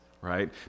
right